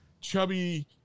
chubby